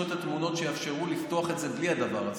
את התמונות שיאפשרו לפתוח בלי הדבר הזה,